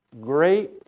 great